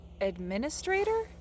Administrator